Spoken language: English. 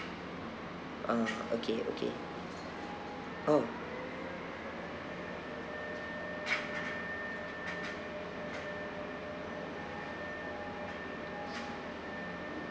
ah okay okay oh